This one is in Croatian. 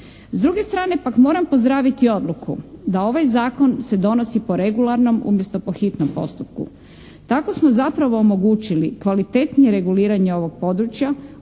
S druge strane pak moram pozdraviti odluku da ovaj zakon se donosi po regularnom, umjesto po hitnom postupku. Tako smo zapravo omogućili kvalitetnije reguliranje ovog područja